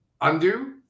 Undo